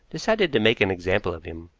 decided to make an example of him.